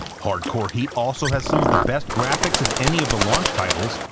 hardcore heat also has some of the best graphics of any of the launch titles,